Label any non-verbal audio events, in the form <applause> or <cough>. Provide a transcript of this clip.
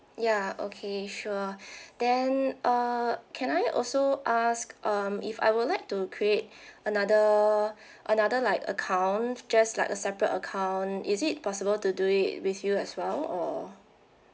ya okay sure <breath> then uh can I also ask um if I would like to create <breath> another <breath> another like account just like a separate account is it possible to do it with you as well or